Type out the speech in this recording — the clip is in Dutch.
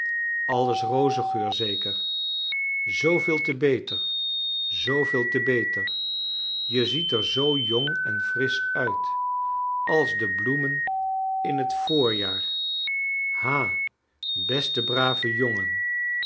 alles rozengeur zeker zooveel te beter zooveel te beter je ziet er zoo jong en frisch uit als de bloemen in net voorjaar ha beste brave jongen